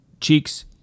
cheeks